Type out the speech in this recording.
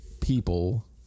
people